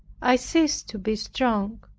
i cease to be strong,